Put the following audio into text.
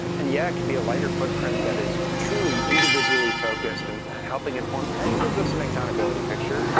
and yeah, it can be a lighter footprint that is truly individually focused and and helping inform and gives us an accountability picture, you know